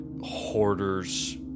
hoarder's